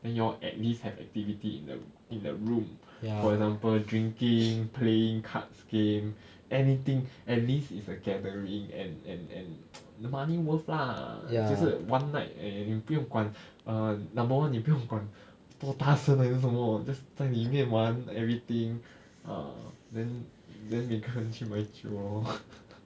and you all at least have activity in the in the room for example drinking playing cards game anything at least is a gathering and and and the money worth lah 就是 one night and 你不用管 err number one 你不用管多大声还是什么 just 在里面玩 everything err then then 每个人去买酒 lor